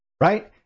Right